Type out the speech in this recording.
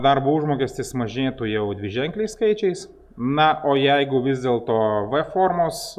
darbo užmokestis mažėtų jau dviženkliais skaičiais na o jeigu vis dėlto v formos